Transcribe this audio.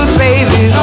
baby